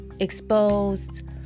exposed